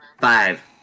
Five